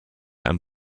and